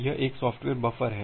यह एक software buffer है